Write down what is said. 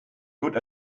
good